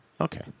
Okay